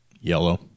Yellow